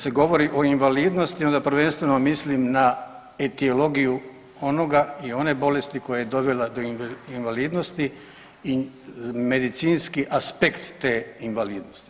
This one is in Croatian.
Kad se govori o invalidnosti, onda prvenstveno mislim na etiologiju onoga i one bolesti koja je dovela do invalidnosti i medicinski aspekt te invalidnosti.